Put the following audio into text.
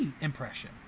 impression